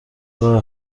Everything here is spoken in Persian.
راه